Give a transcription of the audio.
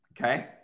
Okay